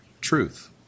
Truth